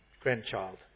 grandchild